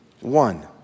One